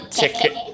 ticket